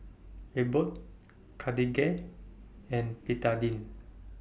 Abbott Cartigain and Betadine